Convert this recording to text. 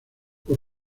por